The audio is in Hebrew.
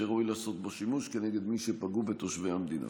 אשר ראוי לעשות בו שימוש נגד מי שפגעו בתושבי המדינה.